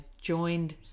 joined